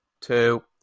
two